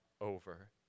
over